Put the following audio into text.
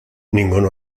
ningún